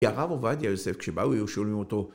‫כי הרב עובדיה יוסף, ‫כשבאו היו שואלים אותו.